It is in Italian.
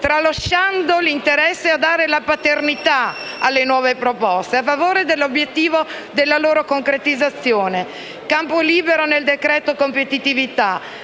tralasciando l'interesse ad assumerci la paternità delle nuove proposte a favore dell'obiettivo della loro concretizzazione. Campo libero nel cosiddetto decreto competitività;